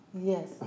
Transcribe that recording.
Yes